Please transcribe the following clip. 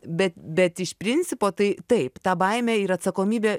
bet bet iš principo tai taip ta baimė ir atsakomybė